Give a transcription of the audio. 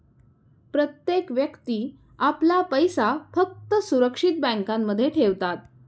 प्रत्येक व्यक्ती आपला पैसा फक्त सुरक्षित बँकांमध्ये ठेवतात